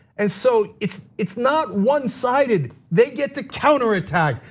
and so it's it's not one sided, they get to counter attack,